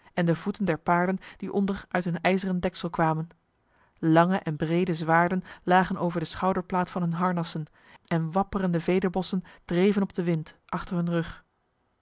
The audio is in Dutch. en de voeten der paarden die onder uit hun ijzeren deksel kwamen lange en brede zwaarden lagen over de schouderplaat van hun harnassen en wapperende vederbossen dreven op de wind achter hun rug